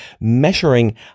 measuring